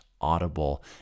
audible